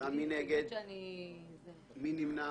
אין נמנעים,